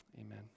amen